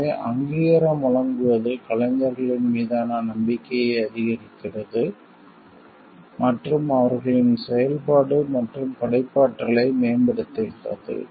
எனவே அங்கீகாரம் வழங்குவது கலைஞர்களின் மீதான நம்பிக்கையை அதிகரிக்கிறது மற்றும் அவர்களின் செயல்பாடு மற்றும் படைப்பாற்றலை மேம்படுத்துகிறது